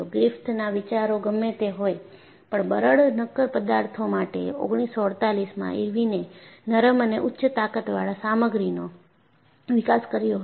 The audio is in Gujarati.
ગ્રિફિથના વિચારો ગમે તે હોય પણ બરડ નક્કર પદાર્થો માટે 1948 માં ઇરવિન એ નરમ અને ઉચ્ચ તાકતવાળા સામગ્રીનો વિકાસ કર્યો હતો